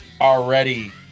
already